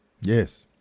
Yes